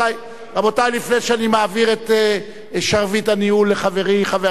לפני שאני מעביר את שרביט הניהול לחברי חבר הכנסת ברכה,